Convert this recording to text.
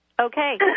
Okay